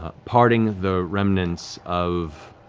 ah parting the remnants of